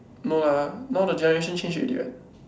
no lah now the generation change already what